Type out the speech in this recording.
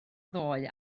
ddoe